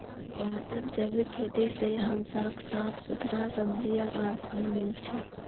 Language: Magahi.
भारतत जैविक खेती से हमसाक साफ सुथरा सब्जियां आर फल मिल छ